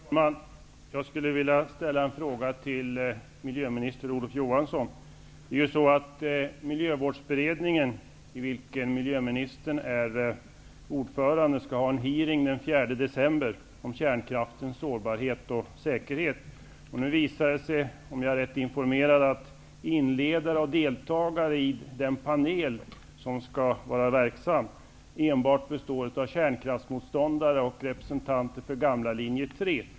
Herr talman! Jag skulle vilja ställa en fråga till miljöminister Olof Johansson. Miljövårdsberedningen, i vilken miljöministern är ordförande, skall ha en hearing om kärnkraftens sårbarhet och säkerhet den 4 december. Det visar sig, om jag är rätt informerad, att inledningstalare och deltagare i den panel som skall vara verksam består enbart av kärnkraftsmotståndare och representanter för gamla linje 3.